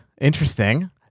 Interesting